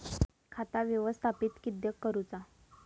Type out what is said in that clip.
खाता व्यवस्थापित किद्यक करुचा?